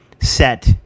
Set